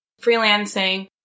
freelancing